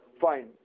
fine